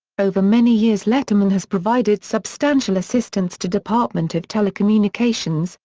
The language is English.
over many years letterman has provided substantial assistance to department of telecommunications,